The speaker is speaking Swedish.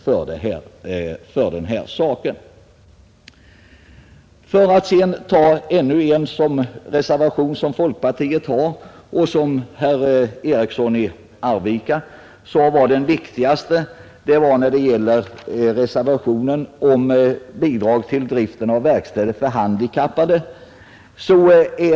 Låt mig sedan beröra ännu en folkpartireservation, nämligen den som herr Eriksson i Arvika ansåg vara den viktigaste och som gäller Bidrag till driften av verkstäder för handikappade.